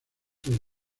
del